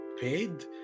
Paid